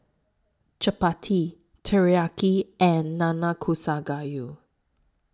Chapati Teriyaki and Nanakusa Gayu